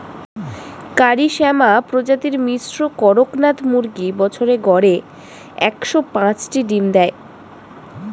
কারি শ্যামা প্রজাতির মিশ্র কড়কনাথ মুরগী বছরে গড়ে একশ পাঁচটি ডিম দেয়